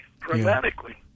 dramatically